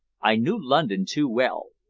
i knew london too well.